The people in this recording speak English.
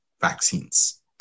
vaccines